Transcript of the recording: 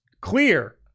Clear